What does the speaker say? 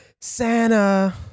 Santa